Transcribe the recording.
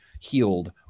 healed